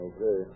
Okay